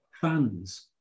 fans